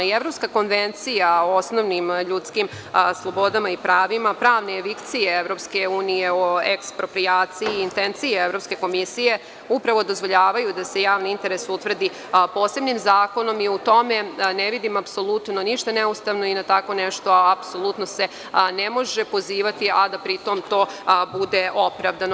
I Evropska konvencija o osnovnim ljudskim slobodama i pravima, pravne je vikcije EU o eksproprijaciji i intenciji evropske komisije, upravo dozvoljavaju da se javni interes utvrdi posebnim zakonom i u tome ne vidim apsolutno ništa ne ustavno i na tako nešto apsolutno se ne može pozivati, a da pri tom to bude opravdano.